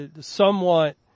somewhat